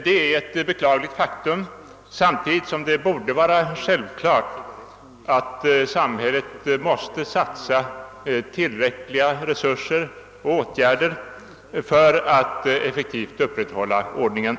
Det är ett beklagligt faktum samtidigt som det borde vara självklart, att samhället måste satsa tillräckliga resurser och tillgripa nödvändiga åtgärder för att effektivt upprätthålla ordningen.